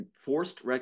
forced